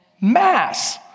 Mass